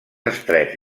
estrets